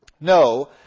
no